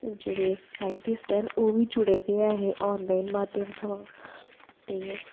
जेह्ड़े साईंसटिस्ट ओह बी जुड़े दे ऐ हे ऑनलाइन माध्यम थमां